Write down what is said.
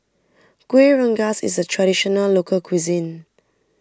Kuih Rengas is a Traditional Local Cuisine